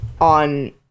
on